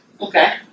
Okay